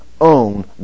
own